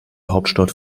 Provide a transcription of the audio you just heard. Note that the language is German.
hauptstadt